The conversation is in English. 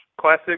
classic